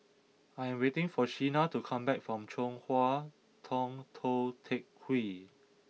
I am waiting for Sheena to come back from Chong Hua Tong Tou Teck Hwee